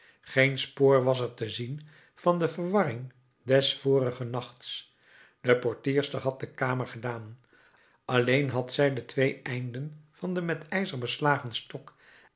geen spoor was er te zien van de verwarring des vorigen nachts de portierster had de kamer gedaan alleen had zij de twee einden van den met ijzer beslagen stok